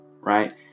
Right